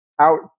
out